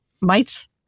mites